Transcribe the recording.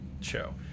show